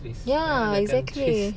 ya exactly